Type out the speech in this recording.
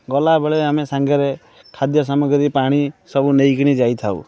ଗଲାବେଳେ ଆମେ ସାଙ୍ଗରେ ଖାଦ୍ୟ ସାମଗ୍ରୀ ପାଣି ସବୁ ନେଇକିନି ଯାଇଥାଉ